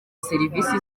serivisi